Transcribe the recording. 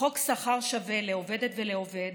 חוק שכר שווה לעובדת ולעובד